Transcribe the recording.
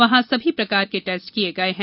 वहां सभी प्रकार के टेस्ट किए गए हैं